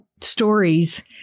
stories